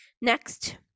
Next